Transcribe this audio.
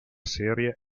serie